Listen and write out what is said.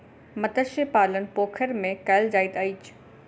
मत्स्य पालन पोखैर में कायल जाइत अछि